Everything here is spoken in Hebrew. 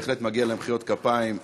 בהחלט מגיעות להם מחיאות כפיים.